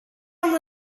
aan